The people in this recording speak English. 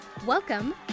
Welcome